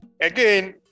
Again